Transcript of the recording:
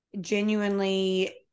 genuinely